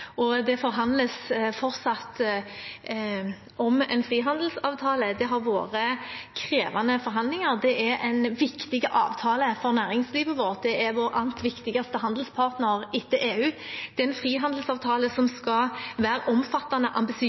Det forhandles fortsatt om en frihandelsavtale. Det har vært krevende forhandlinger. Det er en viktig avtale for næringslivet vårt. Storbritannia er vår aller viktigste handelspartner etter EU. Det er en frihandelsavtale som skal være omfattende